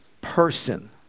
person